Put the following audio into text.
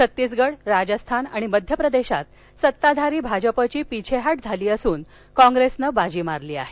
छत्तीसगड राजस्थान आणि मध्य प्रदेशात सत्ताधारी भाजपची पीछेहाट झाली असून कॉप्रेसनं बाजी मारली आहे